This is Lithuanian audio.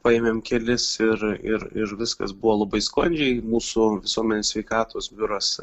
paėmėm kelis ir ir ir viskas buvo labai sklandžiai mūsų visuomenės sveikatos biuras